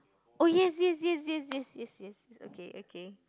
oh yes yes yes yes yes yes yes okay okay